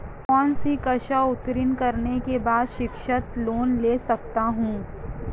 कौनसी कक्षा उत्तीर्ण करने के बाद शिक्षित लोंन ले सकता हूं?